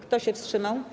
Kto się wstrzymał?